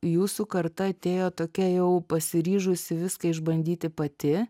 jūsų karta atėjo tokia jau pasiryžusi viską išbandyti pati